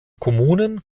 kommunen